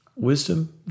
Wisdom